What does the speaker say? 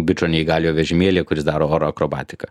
bičo neįgaliojo vežimėlyje kuris daro oro akrobatiką